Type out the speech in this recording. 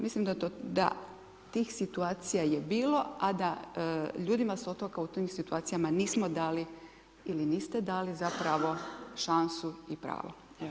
Mislim da tih situacija je bilo, a da ljudima s otoka u tim situacijama nismo dali ili niste dali zapravo šansu i pravo.